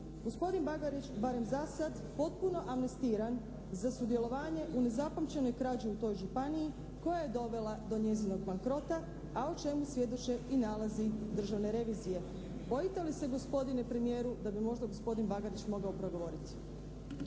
gospodin Bagarić barem za sada potpuno amnestiran za sudjelovanje u nezapamćenoj krađi u toj županiji koja je dovela do njezinog bankrota a o čemu svjedoče i nalazi državne revizije. Bojite li se gospodine premijeru da bi možda gospodin Bagarić mogao progovoriti?